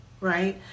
right